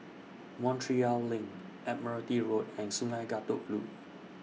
Montreal LINK Admiralty Road and Sungei Kadut Loop